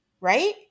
right